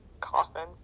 coffin